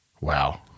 Wow